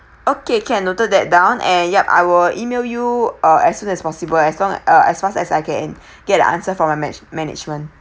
okay can noted that down and yup I will E-mail you uh as soon as possible as long uh as far as I can get an answer from my manage~ management